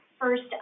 first